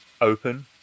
open